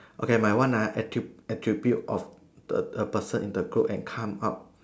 okay my one ah at attribute of the a person in the group and come up